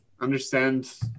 understand